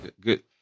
good